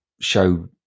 show